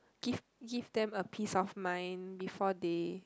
give give them a peace of mind before they